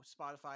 Spotify